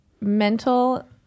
mental